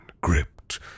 gripped